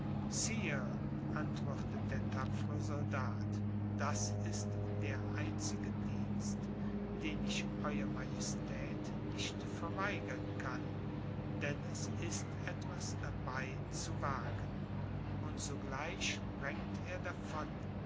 erwidert der tapfere soldat das ist der einzige dienst den ich euer majestät nicht verweigern kann denn es ist etwas dabei zu wagen und sogleich sprengt er davon